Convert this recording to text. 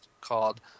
called